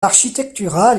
architectural